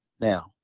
Now